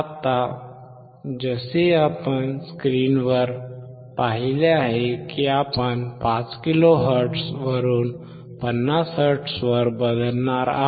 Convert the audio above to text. आता जसे आपण स्क्रीनवर पाहिले आहे की आपण 5 किलोहर्ट्झ वरून 50 हर्ट्झवर बदलणार आहोत